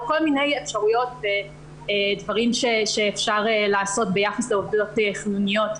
יש עוד אפשרויות שאפשר לעשות ביחס לעובדות חיוניות,